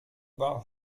war